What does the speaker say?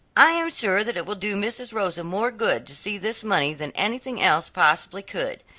i am sure that it will do mrs. rosa more good to see this money than anything else possibly could.